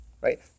right